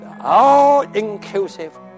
all-inclusive